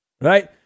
Right